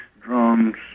drums